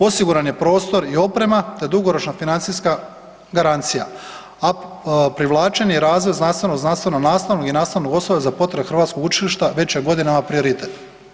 Osiguran je prostor i oprema te dugoročna financijska garancija a ... i razvoj znanstvenog i znanstveno-nastavnog i nastavnog osoblja za potrebe hrvatskog učilišta već je godinama prioritet.